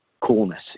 coolness